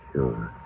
Sure